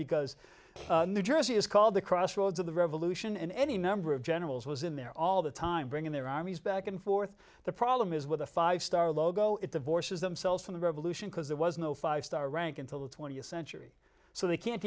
because new jersey is called the crossroads of the revolution and any number of generals was in there all the time bringing their armies back and forth the problem is with a five star logo it divorces themselves from the revolution because there was no five star rank until the twentieth century so they can't